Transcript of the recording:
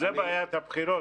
כן, זו בעיית הבחירות.